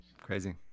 crazy